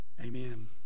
Amen